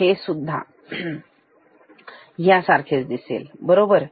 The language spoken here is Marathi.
हे सुद्धा ह्या सारखेच दिसेल बरोबर